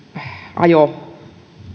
ajo